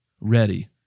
ready